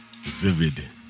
vivid